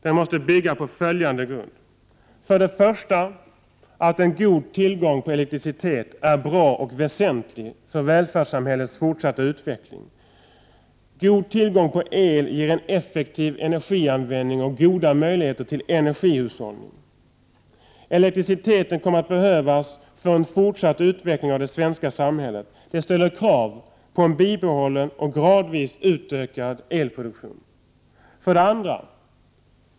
Den måste bygga på följande grund. 1. En god tillgång på elektricitet är bra och väsentlig för välfärdssamhällets fortsatta utveckling. God tillgång på el ger en effektiv energianvändning och goda möjligheter till energihushållning. Elektriciteten kommer att behövas för en fortsatt utveckling av det svenska samhället. Det ställer krav på en bibehållen och gradvis utökad elproduktion. 2.